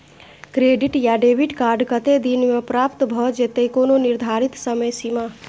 Credit या debit card कत्ते दिन म प्राप्त भ जेतै, कोनो निर्धारित समय सीमा?